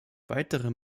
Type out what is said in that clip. weitere